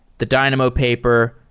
the dynamo paper,